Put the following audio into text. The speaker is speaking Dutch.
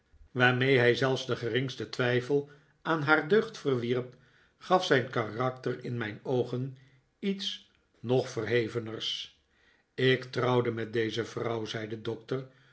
waarmee hij zelfs den geringsten twijfel aan haar deugd verwierp gaf zijn karakter in mijn oogen iets nog verheveners ik trouwde met deze vrouw zei de doctor